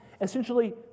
essentially